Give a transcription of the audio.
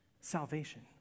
salvation